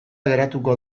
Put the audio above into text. geratuko